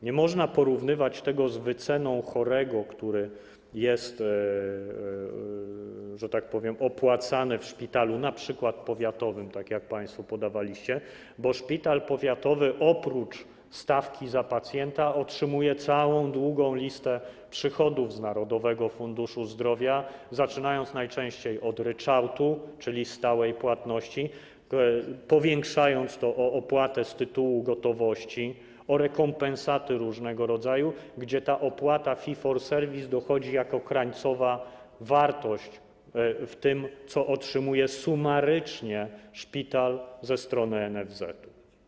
Nie można porównywać tego z wyceną chorego, który jest, że tak powiem, opłacany w szpitalu np. powiatowym, tak jak państwo podawaliście, bo szpital powiatowy oprócz stawki za pacjenta otrzymuje całą długą listę przychodów z Narodowego Funduszu Zdrowia, zaczynając najczęściej od ryczałtu, czyli stałej płatności, powiększając to o opłatę z tytułu gotowości, o rekompensaty różnego rodzaju, gdzie opłata fee for service dochodzi jako krańcowa wartość w tym, co otrzymuje sumarycznie szpital ze strony NFZ.